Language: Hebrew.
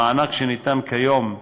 המענק שניתן כיום,